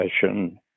session